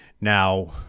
Now